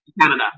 Canada